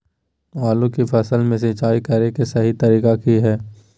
आलू की फसल में सिंचाई करें कि सही तरीका की हय?